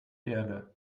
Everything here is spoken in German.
erde